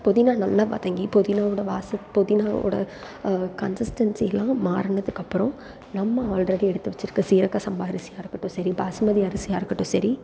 புதினா நல்லா வதங்கி புதினாவோட வாசம் புதினாவோட கன்சிஸ்டன்சில்லாம் மாறுனதுக்கப்பறம் நம்ம ஆல்ரெடி எடுத்து வச்சிருக்க சீரக சம்பா அரிசியாக இருக்கட்டும் சரி பாஸ்மதி அரிசியாக இருக்கட்டும் சரி